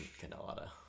Canada